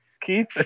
Keith